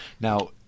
Now